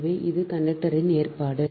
எனவே இது கண்டக்டரின் ஏற்பாடு